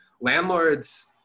Landlords